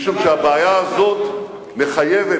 משום שהבעיה הזאת מחייבת,